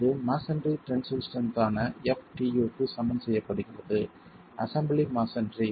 இது masonry tensile strength ஆன ftu க்கு சமன் செய்யப்படுகிறது அசெம்பிளி மஸோன்றி